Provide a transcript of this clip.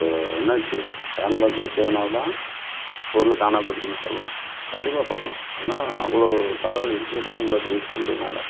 அப்போ என்னாச்சு ஹேண்ட்பேக்கில் வச்சதுனால்தான் பொருள் காணாம போய்டுச்சுன்னு சொல்லலாம் கண்டிப்பாக சொல்லலாம் ஏன்னால் அவ்வளோ தலைவலி இருக்குது ஹேண்ட்பேக் யூஸ் பண்றதினால